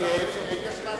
יש לנו